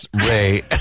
Ray